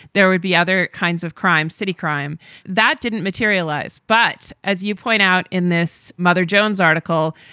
there would be other kinds of crime, city crime that didn't materialize. but as you point out in this mother jones article,